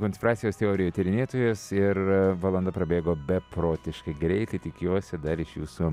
konspiracijos teorijų tyrinėtojas ir valanda prabėgo beprotiškai greitai tikiuosi dar iš jūsų